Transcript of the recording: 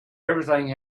everything